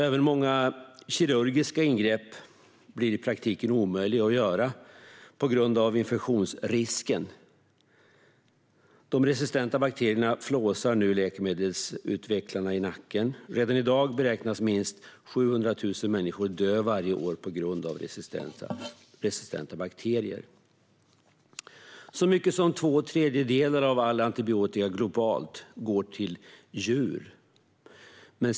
Även många kirurgiska ingrepp blir i praktiken omöjliga på grund av infektionsrisken. De resistenta bakterierna flåsar nu läkemedelsutvecklarna i nacken. Redan i dag beräknas minst 700 000 människor dö varje år på grund av resistenta bakterier. Så mycket som två tredjedelar av all antibiotika globalt ges till djur.